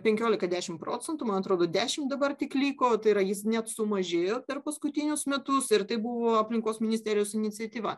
penkiolika dešimt procentų man atrodo dešimt dabar tik liko tai yra jis net sumažėjo per paskutinius metus ir tai buvo aplinkos ministerijos iniciatyva